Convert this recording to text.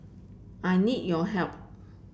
I need your help